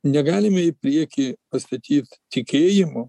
negalime į priekį pastatyt tikėjimo